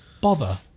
Bother